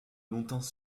longtemps